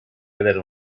vedere